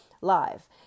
live